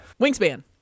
Wingspan